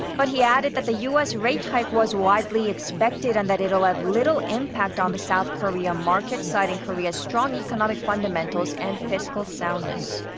but he added that the u s. rate hike was widely expected and that it will have little impact on the south korean market, citing korea's strong economic fundamentals and fiscal soundness.